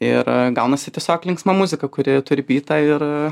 ir gaunasi tiesiog linksma muzika kuri turi bytą ir